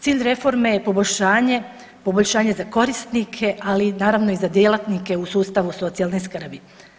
Cilj reforme je poboljšanje, poboljšanje za korisnike, ali naravno i za djelatnike u sustavu socijalne skrbi.